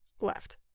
left